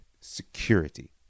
security